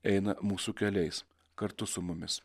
eina mūsų keliais kartu su mumis